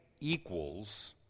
Equals